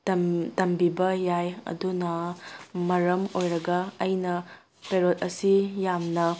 ꯇꯝꯕꯤꯕ ꯌꯥꯏ ꯑꯗꯨꯅ ꯃꯔꯝ ꯑꯣꯏꯔꯒ ꯑꯩꯅ ꯄꯦꯔꯣꯠ ꯑꯁꯤ ꯌꯥꯝꯅ